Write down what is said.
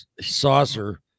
saucer